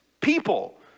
people